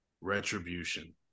Retribution